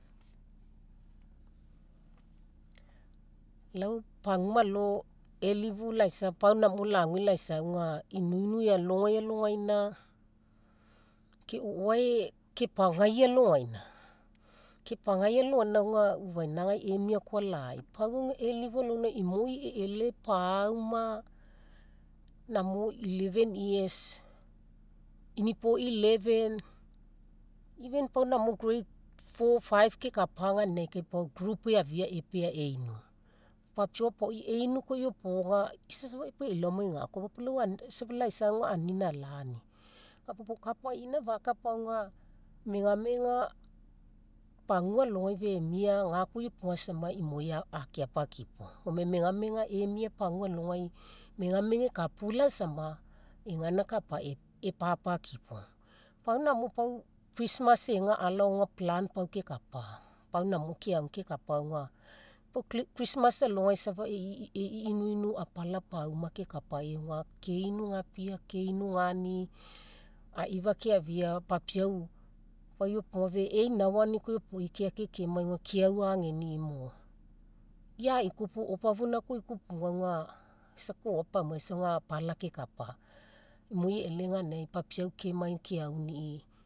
Lau pagua alo elifu laisa pau namo lague laisa auga, inuinu ealogai ke o'oae kepagai alogaina, kapaigai alogaina auga ufainagai emia koa lai pau auga elifu alogaina, imoi eele pauma namo eleven years inipoi eleven, even pau namo grade four five kekapa ganinagai kai group eafia epea einu. Papiau apaoi einu koa iopoga ke isa safa pau e'i laomai ga koa, ga puo laisa auga anina alaani, ga puo pau kapaina fakapa auga megamegapagua alogai femia ga koa iopoga sama imoi akeapakipo. Gome megamega emia pagua alogai, megamega ekapula samagai egaina kapai epapakipoi. Pau namo christmas ega alao auga plan pau kekapa, pau namo keagu kekapa auga, pau christmas alogai safa e'i inuinu apala paumau kekapai auga, keinu gapia keinu gani aifa keafia papiau koa iopoga ve'e inauani koa iopoi keake kemai auga keauagenimo ia ikupu, opofoina koa ikupuga auga isa koa pauma isa auga apala kekapa imoi eele ganinagai papiau kemai keaunii